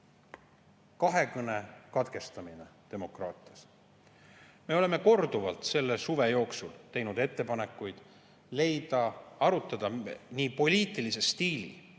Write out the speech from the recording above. katkestamine demokraatias.Me oleme korduvalt selle suve jooksul teinud ettepanekuid arutada nii poliitilist stiili